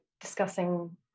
discussing